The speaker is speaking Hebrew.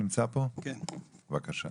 בבקשה.